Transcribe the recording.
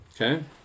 Okay